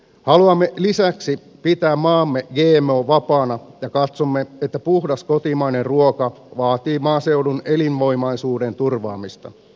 haluamme lisäksi pitää maamme gmo vapaana ja katsomme että puhdas kotimainen ruoka vaatii maaseudun elinvoimaisuuden turvaamista